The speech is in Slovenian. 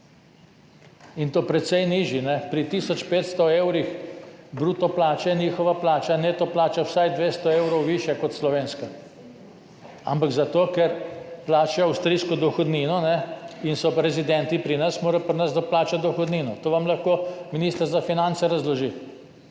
in to precej nižji. Pri tisoč 500 evrih bruto plače je njihova neto plača vsaj 200 evrov višja kot slovenska. Ampak zato ker plačajo avstrijsko dohodnino in so rezidenti pri nas, morajo pri nas doplačati dohodnino. To vam lahko minister za finance razloži.